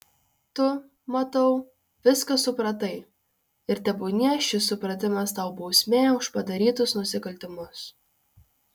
tu matau viską supratai ir tebūnie šis supratimas tau bausmė už padarytus nusikaltimus